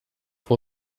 pour